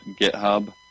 github